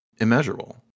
immeasurable